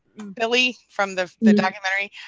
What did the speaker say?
billy. from the the documentary,